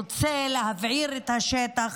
רוצה להבעיר את השטח,